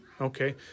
Okay